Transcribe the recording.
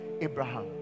Abraham